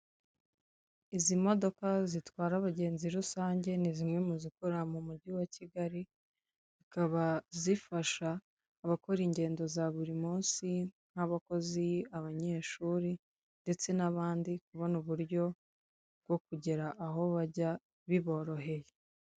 Izi modoka zitwara abagenzi rusange, ni zimwe mu zikorera mu mujyi wa Kigali, zikaba zifasha abakora ingendo za buri munsi, nk'abakozi, abanyeshuri ndetse n'abandi, kubona uburyo bwo kugera aho bajya biboroheye.